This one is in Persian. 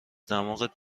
دماغت